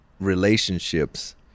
relationships